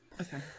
okay